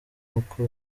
nuko